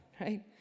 right